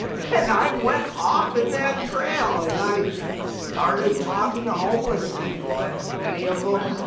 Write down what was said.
and i went off in that trail and i started talking to homeless people and and many of them,